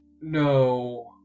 no